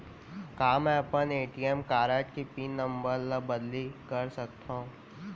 का मैं अपन ए.टी.एम कारड के पिन नम्बर ल बदली कर सकथव?